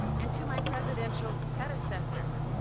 and to my presidential predecessors.